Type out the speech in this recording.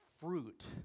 fruit